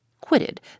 quitted